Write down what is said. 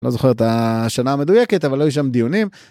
אני לא זוכר את השנה המדויקת, אבל היו שם דיונים.